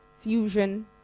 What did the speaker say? fusion